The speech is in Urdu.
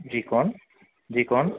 جی کون جی کون